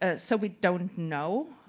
ah so we don't know,